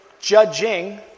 judging